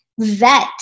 vet